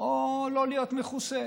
או לא להיות מכוסה,